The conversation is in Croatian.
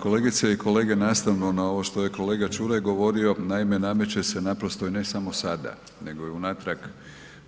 Kolegice i kolege, nastavno na ovo što je kolega Čuraj govorio, naime nameće se naprosto i ne samo sada nego i unatrag